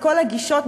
מכל הגישות,